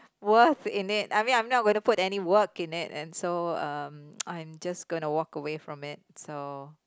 worth in it I mean I'm not gonna put any work in it and so um I'm just gonna walk away from it so